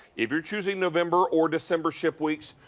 if you're choosing november or december ship weeks,